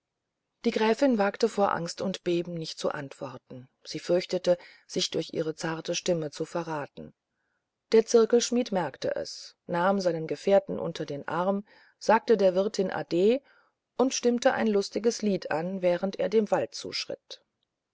die gräfin wagte vor angst und beben nicht zu antworten sie fürchtete sich durch ihre zarte stimme zu verraten der zirkelschmidt merkte es nahm seinen gefährten unter den arm sagte der wirtin ade und stimmte ein lustiges lied an während er dem wald zuschritt